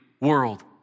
world